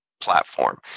platform